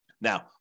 Now